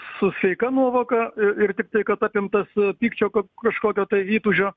su sveika nuovoka ir tiktai kad apimtas pykčio kad kažkokio tai įtūžio